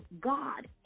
God